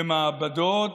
במעבדות